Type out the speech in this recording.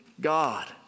God